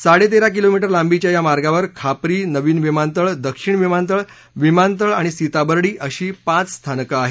साडेतेरा kilometre लांबीच्या या मार्गावर खापरी नवीन विमानतळ दक्षिण विमानतळ विमानतळ आणि सीताबर्डी अशी पाच स्थानकं आहेत